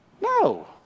No